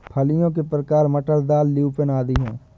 फलियों के प्रकार मटर, दाल, ल्यूपिन आदि हैं